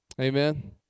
Amen